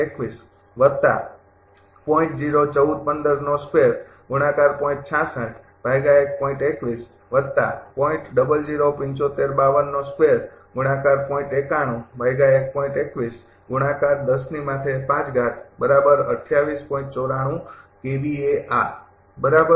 એ જ રીતે તે કુલ બરાબર